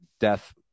death